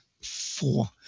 four